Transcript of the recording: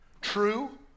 true